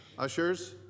Ushers